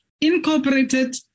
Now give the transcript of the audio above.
incorporated